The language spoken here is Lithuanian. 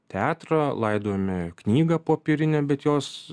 teatrą laidojome knygą popierinę bet jos